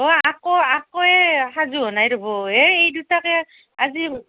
আকৌ আকৌ এই সাজু হোৱা নাই ৰ'ব এই এই দুটাকে আজি